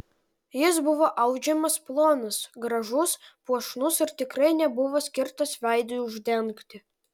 jis buvo audžiamas plonas gražus puošnus ir tikrai nebuvo skirtas veidui uždengti